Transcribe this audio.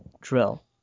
drill